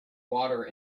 water